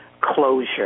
closure